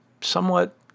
somewhat